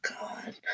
god